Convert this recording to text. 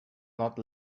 not